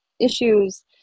issues